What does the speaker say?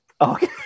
Okay